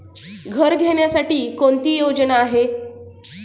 घर घेण्यासाठी कोणती योजना आहे?